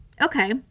okay